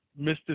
Mr